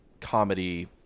comedy